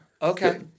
Okay